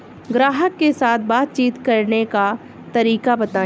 ग्राहक के साथ बातचीत करने का तरीका बताई?